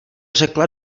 řekla